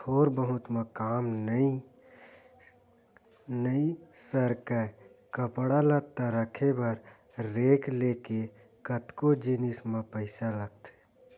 थोर बहुत म काम नइ सरकय कपड़ा लत्ता रखे बर रेक ले लेके कतको जिनिस म पइसा लगथे